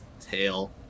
tail